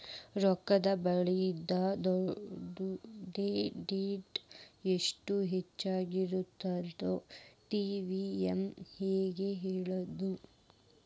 ರೊಕ್ಕದ ಬೆಲಿ ಇದ ಡೇಟಿಂಗಿ ಇಷ್ಟ ಹೆಚ್ಚಾಗಿರತ್ತಂತ ಟಿ.ವಿ.ಎಂ ಹೆಂಗ ಹೇಳ್ತದ